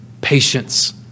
patience